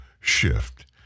shift